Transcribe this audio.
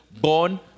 born